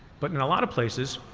but in a lot of places,